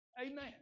Amen